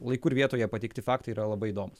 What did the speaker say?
laiku ir vietoje pateikti faktai yra labai įdomūs